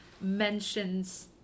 mentions